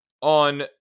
on